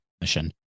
mission